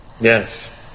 yes